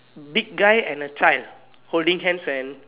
big guy and a child holding hands and